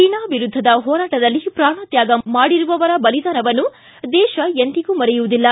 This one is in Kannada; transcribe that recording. ಚೀನಾ ವಿರುದ್ದದ ಹೋರಾಟದಲ್ಲಿ ಪ್ರಾಣ ತ್ಯಾಗ ಮಾಡಿರುವವರ ಬಲಿದಾನವನ್ನು ದೇಶ ಎಂದಿಗೂ ಮರೆಯುವುದಿಲ್ಲ